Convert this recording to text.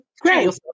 Great